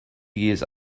years